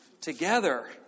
together